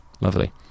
Lovely